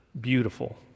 beautiful